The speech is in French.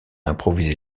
improvisé